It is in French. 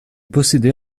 possédait